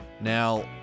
Now